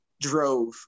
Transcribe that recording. drove